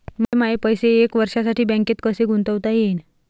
मले माये पैसे एक वर्षासाठी बँकेत कसे गुंतवता येईन?